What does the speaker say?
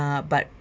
uh but